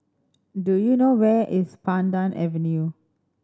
do you know where is Pandan Avenue